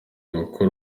gukora